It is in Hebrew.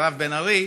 מירב בן ארי,